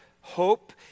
hope